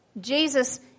jesus